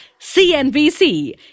CNBC